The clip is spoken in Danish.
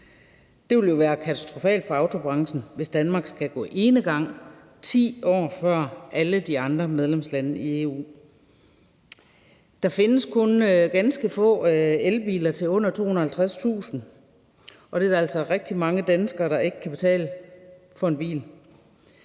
Det vil jo være katastrofalt for autobranchen, hvis Danmark skal gå enegang 10 år før alle de andre medlemslande i EU. Der findes kun ganske få elbiler til under 250.000 kr., og det er der altså rigtig mange danskere der ikke kan betale for en bil.